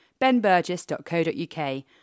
benburgess.co.uk